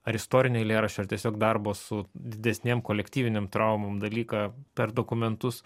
ar istorinio eilėraščio ar tiesiog darbo su didesnėm kolektyvinėm traumom dalyką per dokumentus